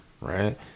right